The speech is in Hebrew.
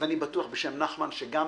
ואני בטוח שגם בשם נחמן שי,